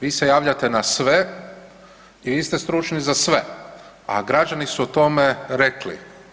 Vi se javljate na sve i vi ste stručni za sve, a građani su o tome rekli.